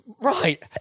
Right